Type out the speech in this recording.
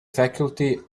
faculty